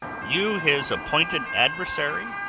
you his appointed adversary,